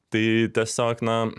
tai tiesiog na